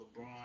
LeBron